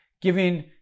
giving